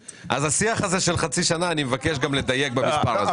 השיח הזה של חצי שנה, אני מבקש לדייק במספרים.